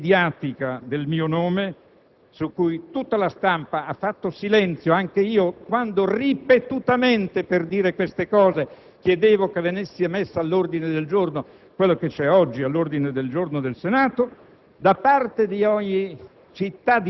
Cessata l'esposizione mediatica del mio nome, su cui tutta la stampa ha fatto silenzio, anche quando io ripetutamente chiedevo, per dire queste cose, che venisse messo all'ordine del giorno quanto è oggi all' ordine del giorno del Senato,